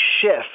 shift